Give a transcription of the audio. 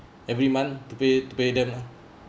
every month to pay to pay them uh